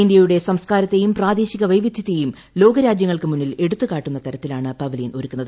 ഇന്ത്യയുടെ സംസ്കാരത്തേയും പ്രാദേശിക വൈവിധ്യത്തേയും ലോകർാജ്യങ്ങൾക്ക് മുന്നിൽ എടുത്തുകാട്ടുന്ന തരത്തിലാണ് പ്രപ്ലിയൻ ഒരുക്കുന്നത്